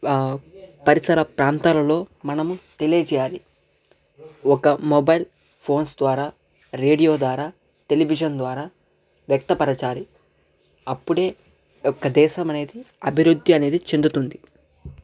పరిసర ప్రాంతాలలో మనం తెలియ చేయాలి ఒక మొబైల్ ఫోన్స్ ద్వారా రేడియో ద్వారా టెలివిజన్ ద్వారా వ్యక్తపరచాలి అప్పుడే ఒక దేశం అనేది అభివృద్ధి అనేది చెందుతుంది